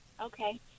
Okay